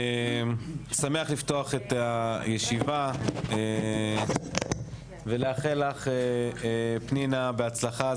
אני שמח לפתוח את הישיבה ולאחל לך פנינה בהצלחה,